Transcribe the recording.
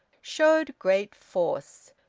showed great force,